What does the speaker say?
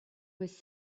was